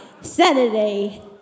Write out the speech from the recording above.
Saturday